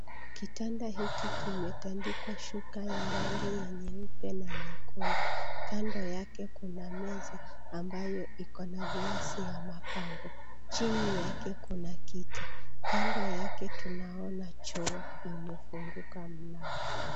Kitanda hiki kimetandikwa shuka ya rangi ya nyeupe na nyekundu. Kando yake kuna meza ambayo iko na gilasi ya mapambo. Chini yake kuna kiti, kando yake tunaona choo imefunguka mlango.